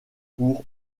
pour